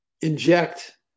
Inject